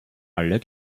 aller